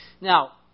Now